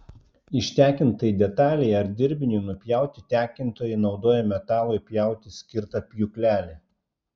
ištekintai detalei ar dirbiniui nupjauti tekintojai naudoja metalui pjauti skirtą pjūklelį